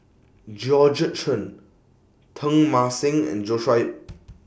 Georgette Chen Teng Mah Seng and Joshua Ip